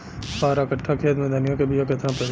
बारह कट्ठाखेत में धनिया के बीया केतना परी?